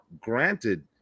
granted